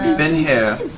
been here,